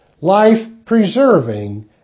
life-preserving